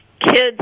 Kids